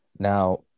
Now